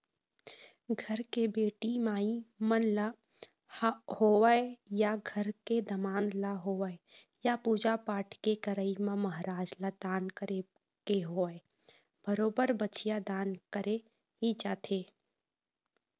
घर के बेटी माई मन ल होवय या घर के दमाद ल होवय या पूजा पाठ के करई म महराज ल दान करे के होवय बरोबर बछिया दान करे ही जाथे